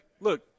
look